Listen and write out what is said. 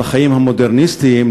בחיים המודרניסטיים,